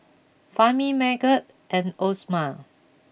Fahmi Megat and Osman